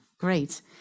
great